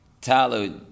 Tyler